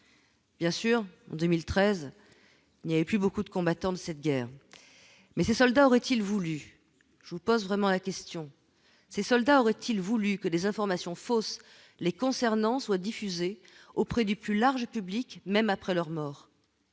bien sûr en 2013 il y avait plus beaucoup de combattants de cette guerre, mais ces soldats auraient-ils voulu je vous pose vraiment la question, ces soldats auraient-ils voulu que des informations fausses les concernant soient diffusées auprès du plus large public, même après leur mort,